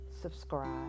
subscribe